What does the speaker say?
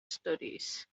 studies